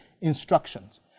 instructions